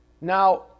Now